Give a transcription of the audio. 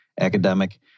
academic